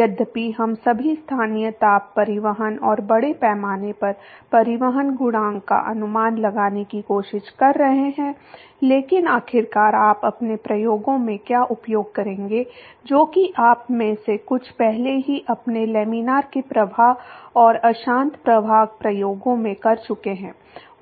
यद्यपि हम सभी स्थानीय ताप परिवहन और बड़े पैमाने पर परिवहन गुणांक का अनुमान लगाने की कोशिश कर रहे हैं लेकिन आखिरकार आप अपने प्रयोगों में क्या उपयोग करेंगे जो कि आप में से कुछ पहले ही अपने लामिना के प्रवाह और अशांत प्रवाह प्रयोगों में कर चुके हैं